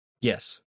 Yes